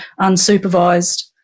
unsupervised